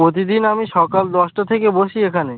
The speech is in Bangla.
প্রতিদিন আমি সকাল দশটা থেকে বসি এখানে